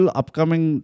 upcoming